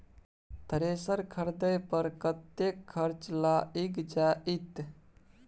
Thresher खरीदे पर कतेक खर्च लाईग जाईत?